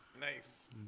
Nice